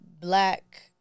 black